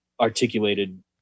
articulated